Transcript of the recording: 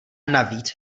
navíc